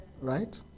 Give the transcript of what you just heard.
right